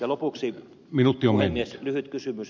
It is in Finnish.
lopuksi puhemies lyhyt kysymys